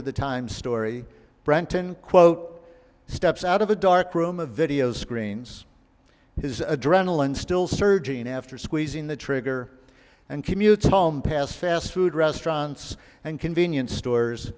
to the times story brenton quote steps out of a dark room a video screens his adrenaline still surging after squeezing the trigger and commutes home past fast food restaurants and convenience stores